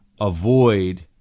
avoid